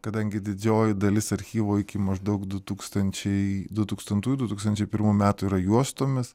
kadangi didžioji dalis archyvo iki maždaug du tūkstančiai du tūkstantųjų du tūkstančiai pirmų metų yra juostomis